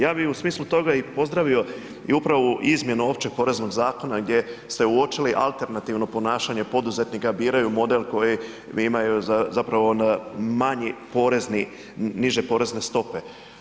Ja bih u smislu toga i pozdravio i upravo ovu izmjenu Općeg poreznog zakona gdje ste uočili alternativno ponašanje poduzetnika, biraju model koji imaju zapravo manji porezni, niže porezne stope.